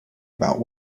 about